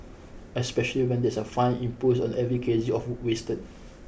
especially when there's a fine imposed on every K G of food wasted